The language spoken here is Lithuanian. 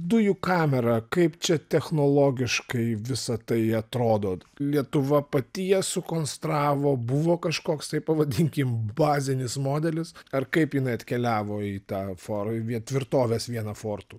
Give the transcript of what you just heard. dujų kamera kaip čia technologiškai visa tai atrodo lietuva pati ją sukonstravo buvo kažkoks tai pavadinkim bazinis modelis ar kaip jinai atkeliavo į tą for į vie tvirtovės vieną fortų